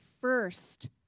first